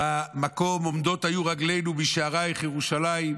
במקום "עומדות היו רגלינו בשערייך ירושלים",